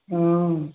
हम्म